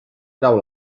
trau